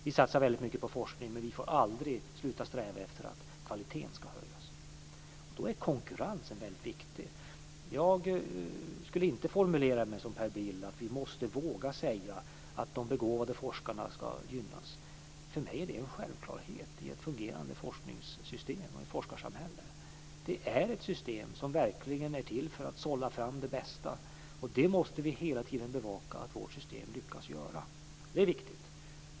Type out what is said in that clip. Vi satsar väldigt mycket på forskning, men vi får aldrig sluta att sträva efter att kvaliteten ska höjas. Då är konkurrensen väldigt viktig. Jag skulle inte formulera mig så som Per Bill gör, att vi måste våga säga att de begåvade forskarna ska gynnas. För mig är det en självklarhet i ett fungerande forskningssystem och i forskarsamhället. Det är ett system som verkligen är till för att sålla fram det bästa, och vi måste hela tiden bevaka att vårt system lyckas göra det. Det är viktigt.